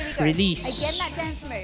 release